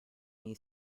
may